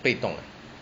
被动 ah